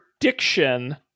prediction